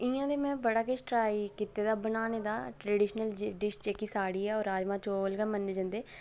पर इ'यां साढ़ै ओर बी जेह्का बड़ा किश मश्हूर ऐ जि'यां साग ढोडा लस्सी ते चार होई गेआ